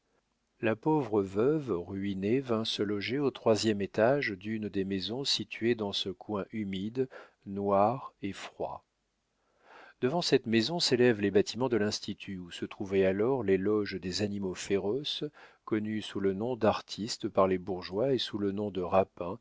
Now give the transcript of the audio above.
la pauvre veuve ruinée vint se loger au troisième étage d'une des maisons situées dans ce coin humide noir et froid devant cette maison s'élèvent les bâtiments de l'institut où se trouvaient alors les loges des animaux féroces connus sous le nom d'artistes par les bourgeois et sous le nom de rapins